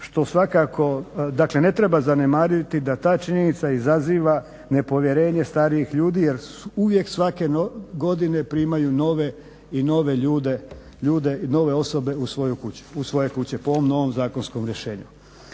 što svakako dakle ne treba zanemariti da ta činjenica izaziva nepovjerenje starijih ljudi jer uvijek svake godine primaju nove i nove ljude i nove osobe u svoje kuće po ovom novom zakonskom rješenju.